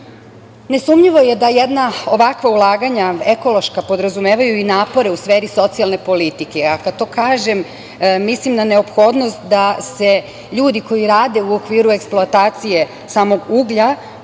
način. Nesumnjivo je da ovakva ulaganja ekološka podrazumevaju i napore u sferi socijalne politike, a kad to kažem, mislim na neophodnost da se ljudi koji rade u okviru eksploatacije samog uglja